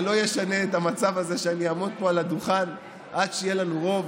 זה לא ישנה את המצב הזה שאני אעמוד פה על הדוכן עד שיהיה לנו רוב.